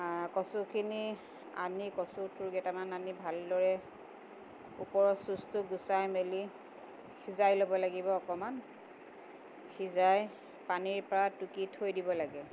কচুখিনি আনি কচুটো কেইটামান আনি ভালদৰে ওপৰৰ চুচটো গুচাই মেলি সিজাই ল'ব লাগিব অকণমান সিজাই পানীৰ পৰা টুকি থৈ দিব লাগে